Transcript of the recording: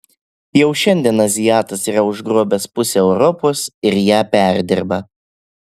jau šiandien azijatas yra užgrobęs pusę europos ir ją perdirba